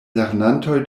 lernantoj